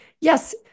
yes